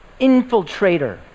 infiltrator